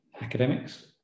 academics